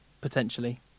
Potentially